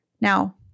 Now